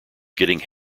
getting